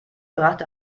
brachte